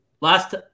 Last